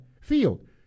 field